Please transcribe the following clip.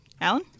Alan